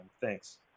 Thanks